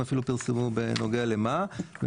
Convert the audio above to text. הם אפילו פרסמו בנוגע למה.